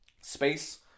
space